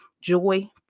joy